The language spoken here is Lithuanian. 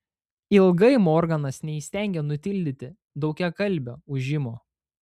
ilgai morganas neįstengė nutildyti daugiakalbio ūžimo